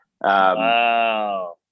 Wow